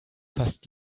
fast